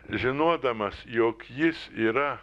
žinodamas jog jis yra